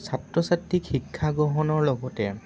ছাত্ৰ ছাত্ৰীক শিক্ষা গ্ৰহণৰ লগতে